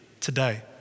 today